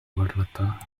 varlata